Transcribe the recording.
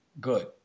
good